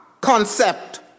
concept